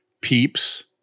Peeps